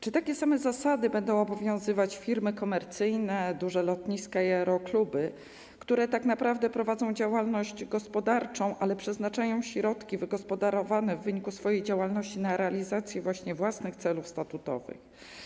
Czy takie same zasady będą obowiązywać firmy komercyjne, duże lotniska i aerokluby, które tak naprawdę prowadzą działalność gospodarczą, ale przeznaczają środki wygospodarowane w wyniku swojej działalności na realizację właśnie własnych celów statutowych?